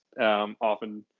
often